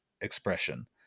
expression